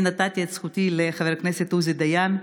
אני נתתי את זכותי לחבר הכנסת עוזי דיין,